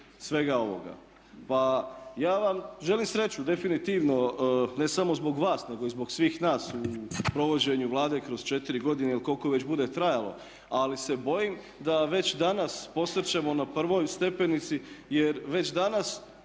svega ovoga. Pa ja vam želim sreći definitivno, ne samo zbog vas, nego i zbog svih nas u provođenju Vlade kroz četiri godine ili koliko već bude trajalo, ali se bojim da već danas posrćemo na prvoj stepenici jer već danas